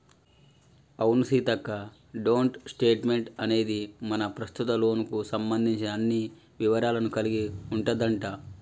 అవును సీతక్క డోంట్ స్టేట్మెంట్ అనేది మన ప్రస్తుత లోన్ కు సంబంధించిన అన్ని వివరాలను కలిగి ఉంటదంట